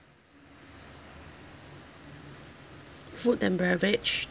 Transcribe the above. food and beverage